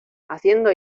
haciendo